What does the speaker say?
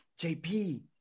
JP